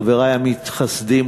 חברי המתחסדים,